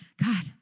God